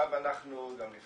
גם לפני תשתיות.